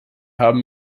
haben